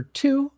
two